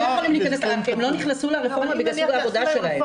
הם לא נכנסו לרפורמה בגלל סוג העבודה שלהם.